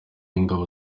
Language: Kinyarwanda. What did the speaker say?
w’ingabo